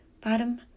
bottom